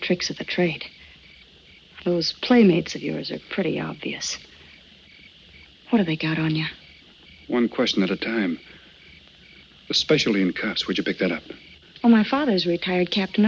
tricks of the trade those playmates of yours are pretty obvious what are they got on you one question at a time especially in caps would you pick that up on my father's retired captain